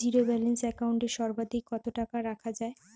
Zero balance account এ সর্বাধিক কত টাকা রাখা য়ায়?